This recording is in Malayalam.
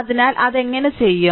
അത് എങ്ങനെ ചെയ്യും